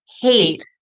hate